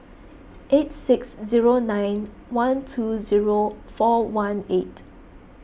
eight six zero nine one two zero four one eight